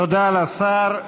תודה לשר.